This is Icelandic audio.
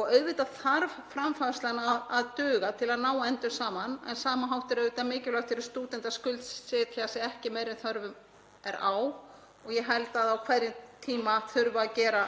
Auðvitað þarf framfærslan að duga til að ná endum saman en á sama hátt er mikilvægt fyrir stúdenta að skuldsetja sig ekki meira en þörf er á og ég held að á hverjum tíma þurfi að gera